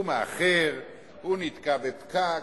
הוא מאחר, הוא נתקע בפקק,